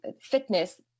fitness